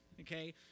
okay